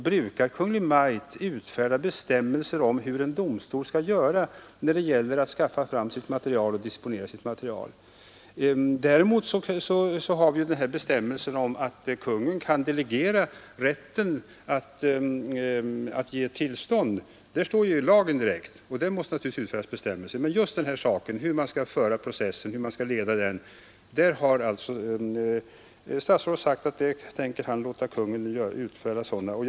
Brukar Kungl. Maj:t utfärda bestämmelser om hur en domstol skall göra när det gäller att skaffa fram och disponera sitt material? Däremot finns det i lagen en direkt bestämmelse om att Konungen kan delegera rätten att ge tillstånd, och bet n fande detta måste det aturligtvis utfärdas bestämmelser. Men även i frågan om hur processen skall ledas har alltså statsrådet uttalat att han tänker låta Konungen utfärda bestämmelser.